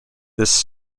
this